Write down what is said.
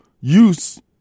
use